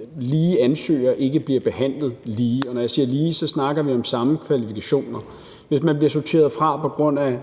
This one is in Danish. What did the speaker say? at lige ansøgere ikke bliver behandlet lige, og når jeg siger lige, snakker jeg om samme kvalifikationer. Hvis man bliver sorteret fra på grund af